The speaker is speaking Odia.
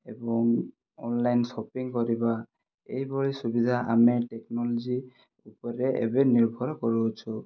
ଏବଂ ଅନଲାଇନ ସପିଙ୍ଗ କରିବା ଏଇଭଳି ସୁବିଧା ଆମେ ଟେକ୍ନୋଲୋଜି ଉପରେ ଏବେ ନିର୍ଭର କରୁଅଛୁ